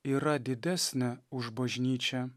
yra didesnė už bažnyčią